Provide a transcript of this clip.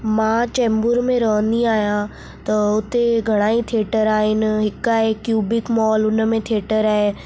मां चेंबूर में रहंदी आहियां त उते घणाई थिएटर आहिनि हिकु आहे क्यूबिक मॉल उनमें थिएटर आहे